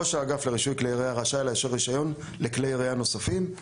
ראש האגף לרישוי כלי ירייה רשאי לתת רישיון לכלי ירייה נוספים...".